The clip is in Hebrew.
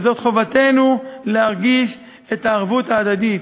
וזו חובתנו להרגיש את הערבות ההדדית.